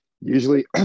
Usually